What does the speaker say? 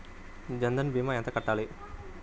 జన్ధన్ భీమా ఎంత కట్టాలి?